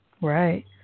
Right